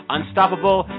Unstoppable